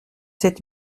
sept